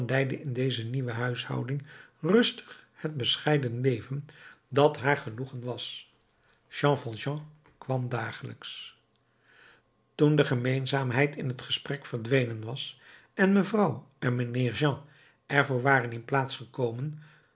in deze nieuwe huishouding rustig het bescheiden leven dat haar genoegen was jean valjean kwam dagelijks toen de gemeenzaamheid in t gesprek verdwenen was en mevrouw en mijnheer jean er voor waren in plaats gekomen